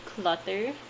clutter